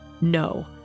No